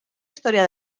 historia